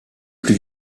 plus